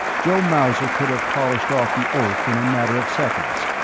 joe mauser could have polished off the oaf in a matter of seconds,